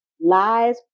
lies